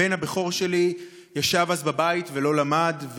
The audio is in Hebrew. הבן הבכור שלי ישב אז בבית ולא למד,